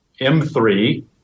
M3